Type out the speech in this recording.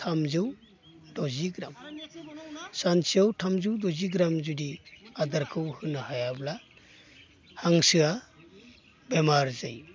थामजौ द'जिग्राम सानसेयाव थामजौ द'जिग्राम जुदि आदारखौ होनो हायाब्ला हांसोआ बेमार जायो